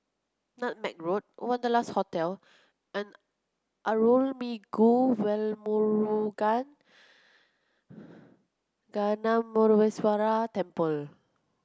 Nutmeg Road Wanderlust Hotel and Arulmigu Velmurugan Gnanamuneeswarar Temple